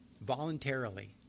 voluntarily